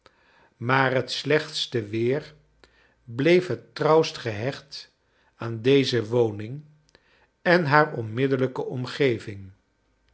maar het slechtste weer bleef het trouwst gehecht aan deze woning en haar onmiddellijke omgeving